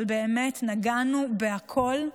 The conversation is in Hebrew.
אבל באמת, נגענו בהכול,